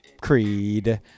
Creed